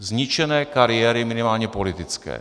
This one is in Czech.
Zničené kariéry minimálně politické.